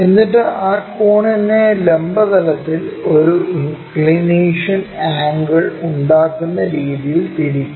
എന്നിട്ട് ആ കോണിനെ ലംബ തലത്തിൽ ഒരു ഇൻക്ക്ളിനേഷൻ ആംഗിൾ ഉണ്ടാക്കുന്ന രീതിയിൽ തിരിക്കുക